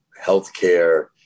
healthcare